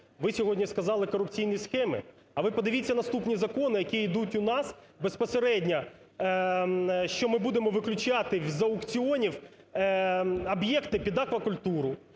Ви сьогодні сказали корупційні схеми, а ви подивіться наступні закони, які йдуть у нас безпосередньо, що ми будемо виключати з аукціонів об'єкти під аквакультуру,